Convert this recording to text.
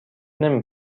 نمی